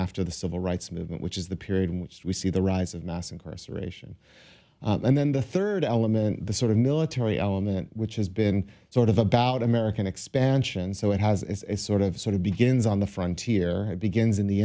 after the civil rights movement which is the period in which we see the rise of mass incarceration and then the third element the sort of military element which has been sort of about american expansion so it has a sort of sort of begins on the frontier begins in the